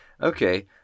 Okay